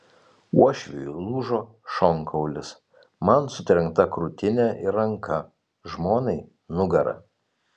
uošviui lūžo šonkaulis man sutrenkta krūtinė ir ranka žmonai nugara